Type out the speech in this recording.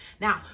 Now